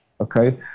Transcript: okay